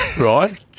right